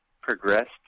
progressed